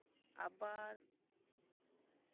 ᱟᱵᱟᱨ